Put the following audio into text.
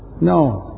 No